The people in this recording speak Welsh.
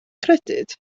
credyd